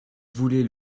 voulait